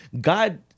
God